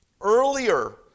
Earlier